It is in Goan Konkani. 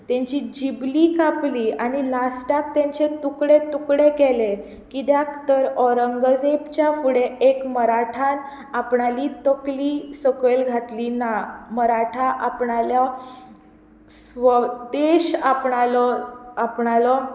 तेंची जिबली कापली आनी लास्टाक तेंचे तुकडे तुकडे केले कित्याक तर औरंगझेबाच्या फुडें एक मराठान आपणाली तकली सकयल घातली ना मराठा आपणालो स्वदेश आपणालो आपणालो